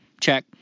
check